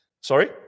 Sorry